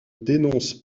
dénonce